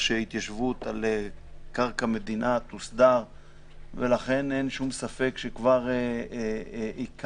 שההתיישבות על קרקע מדינה תוסדר ולכן אין שם ספק שכבר עיקר